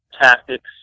tactics